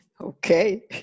Okay